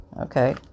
Okay